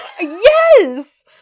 Yes